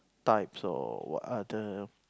types or what other